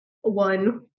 One